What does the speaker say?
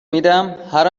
میدمهر